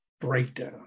Breakdown